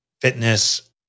fitness